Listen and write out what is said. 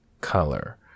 color